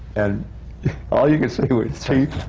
and all you could see was teeth